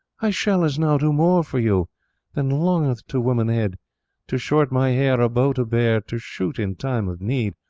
i shall as now do more for you than longeth to womanhede to shorte my hair, a bow to bear, to shoot in time of need.